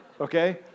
Okay